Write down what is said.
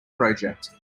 project